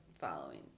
Following